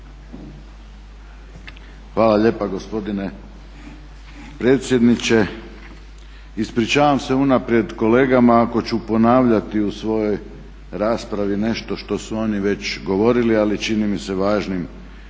Hvala lijepa gospodine predsjedniče. Ispričavam se unaprijed kolegama ako ću ponavljati u svojoj raspravi nešto što su oni već govorili ali čini mi se važnim